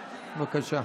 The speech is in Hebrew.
בבקשה,